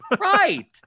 Right